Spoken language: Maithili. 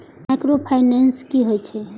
माइक्रो फाइनेंस कि होई छै?